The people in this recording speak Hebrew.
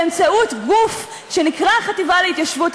באמצעות גוף שנקרא החטיבה להתיישבות,